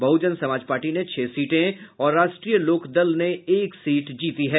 बहुजन Samaj Party ने छह सीटें और राष्ट्रीय लोकदल ने एक सीट जीती है